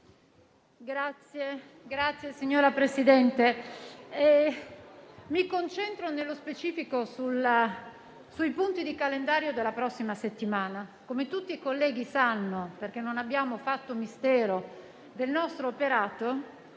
Signora Presidente, mi concentro nello specifico sui punti del calendario della prossima settimana. Come tutti i colleghi sanno - perché non abbiamo fatto mistero del nostro operato